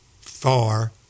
far